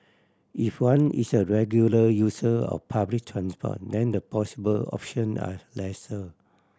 if one is a regular user of public transport then the possible option are lesser